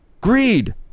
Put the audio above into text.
Greed